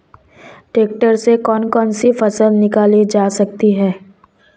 Tractor से कौन कौनसी फसल निकाली जा सकती हैं?